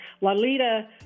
Lalita